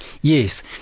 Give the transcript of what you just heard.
yes